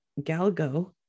galgo